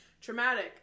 traumatic